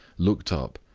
looked up,